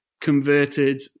converted